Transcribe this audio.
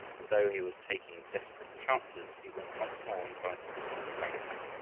and though he was taking desperate chances, he went once more inside the walls of bangkah.